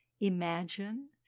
Imagine